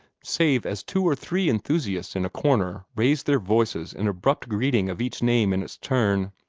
save as two or three enthusiasts in a corner raised their voices in abrupt greeting of each name in its turn,